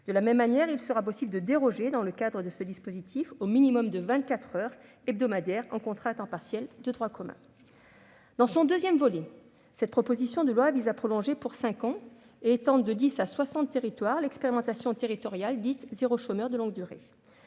De la même manière, il sera possible de déroger, dans le cadre de ce dispositif, au minimum de vingt-quatre heures hebdomadaires en contrat à temps partiel de droit commun. Dans son deuxième volet, cette proposition de loi vise à prolonger de cinq ans et à étendre de dix à soixante territoires l'expérimentation « territoires zéro chômeur de longue durée ».